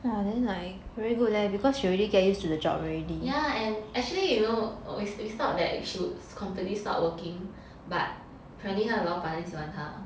yeah and actually you know we we thought that she would completely stop working but apparently 她的老板很喜欢她